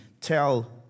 Tell